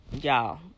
y'all